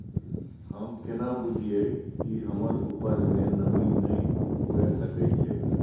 हम केना बुझीये कि हमर उपज में नमी नय हुए सके छै?